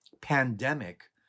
pandemic